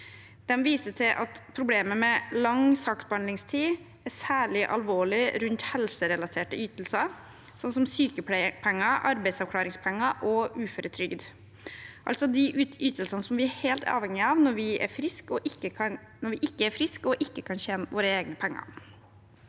De viser til at problemet med lang saksbehandlingstid er særlig alvorlig rundt helserelaterte ytelser som sykepenger, arbeidsavklaringspenger og uføretrygd, altså de ytelsene vi er helt avhengige av når vi ikke er friske og ikke kan tjene våre egne penger.